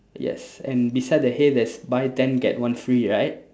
yes and beside the hay there's buy ten get one free right